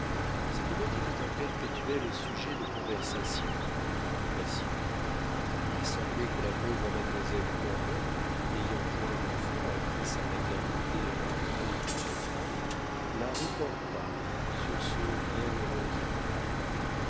cette bête était un perpétuel sujet de conversation et d'occupation il semblait que la pauvre mademoiselle cormon n'ayant point d'enfant à qui sa maternité rentrée pût se prendre la reportât sur ce bienheureux animal